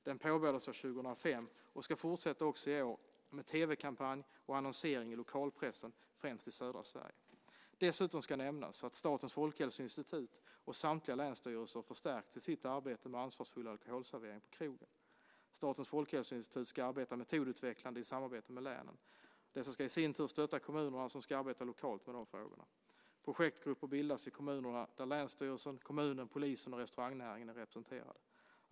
Den påbörjades år 2005 och ska fortsätta också i år med tv-kampanj och annonsering i lokalpressen, främst i södra Sverige. Dessutom ska nämnas att Statens folkhälsoinstitut och samtliga länsstyrelser har förstärkts i sitt arbete med ansvarsfull alkoholservering på krogen. Statens folkhälsoinstitut ska arbeta metodutvecklande i samarbete med länen. Dessa ska i sin tur stötta kommunerna som ska arbeta lokalt med de frågorna. Projektgrupper bildas i kommunerna, där länsstyrelsen, kommunen, polisen och restaurangnäringen är representerade.